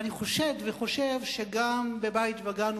ואני חושד וחושב שגם בבית-וגן,